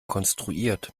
konstruiert